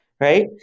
Right